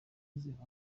yashyizwe